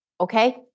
okay